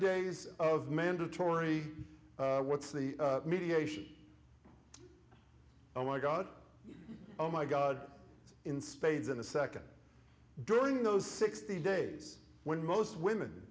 days of mandatory what's the mediation oh my god oh my god in spades in the second during those sixty days when most women